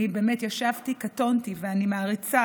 אני באמת ישבתי, קטונתי, ואני מעריצה